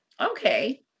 Okay